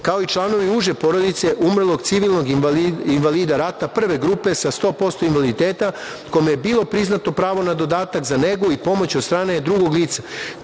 kao i članovi uže porodice umrlog civilnog invalida rata prve grupe sa 100% invaliditeta kome je bilo priznato pravo na dodatak za negu i pomoć od strane drugog lica,